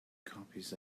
copies